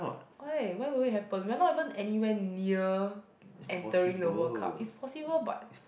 why why will it happen we are not even anywhere near entering the World Cup is possible but